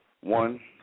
One